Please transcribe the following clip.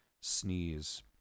sneeze